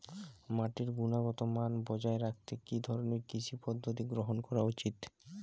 মাটির গুনগতমান বজায় রাখতে কি ধরনের কৃষি পদ্ধতি গ্রহন করা উচিৎ?